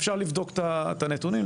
אפשר לבדוק את הנתונים.